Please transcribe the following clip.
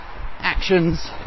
actions